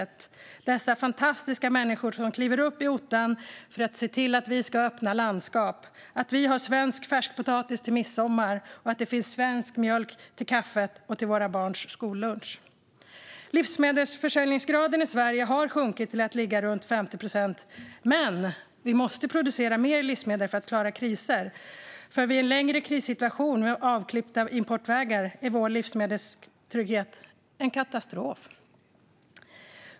Det handlar om dessa fantastiska människor som kliver upp i ottan för att se till att vi har öppna landskap, att vi har svensk färskpotatis till midsommar och att det finns svensk mjölk till kaffet och till våra barns skollunch. Livsmedelsförsörjningsgraden i Sverige har sjunkit till att ligga runt 50 procent. Men vi måste producera mer livsmedel för att klara kriser. Vid en långvarig krissituation med avklippta importvägar är vår livsmedelstrygghet en katastrof.